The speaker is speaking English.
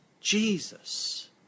Jesus